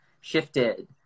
shifted